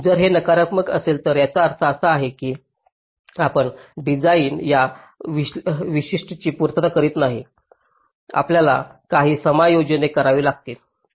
जर ते नकारात्मक असेल तर याचा अर्थ असा आहे की आपली डिझाइन या विशिष्टतेची पूर्तता करीत नाही आपल्याला काही समायोजने करावी लागतील